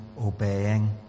obeying